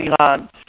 Iran